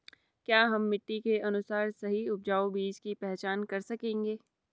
क्या हम मिट्टी के अनुसार सही उपजाऊ बीज की पहचान कर सकेंगे?